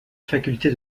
faculté